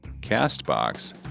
CastBox